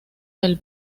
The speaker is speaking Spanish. del